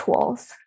tools